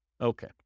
Okay